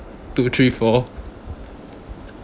two three four